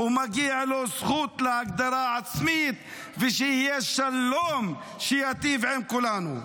ומגיעה לו זכות להגדרה עצמית ושיהיה שלום שייטיב עם כולנו.